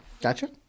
Gotcha